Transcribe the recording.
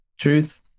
Truth